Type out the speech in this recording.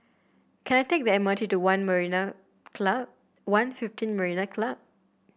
can I take the M R T to One Marina Club One fifteen Marina Club